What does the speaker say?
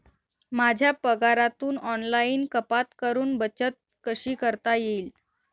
माझ्या पगारातून ऑनलाइन कपात करुन बचत कशी करता येईल?